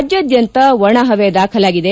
ರಾಜ್ಯಾದ್ಯಂತ ಒಣ ಹವೆ ದಾಖಲಾಗಿದೆ